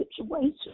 situation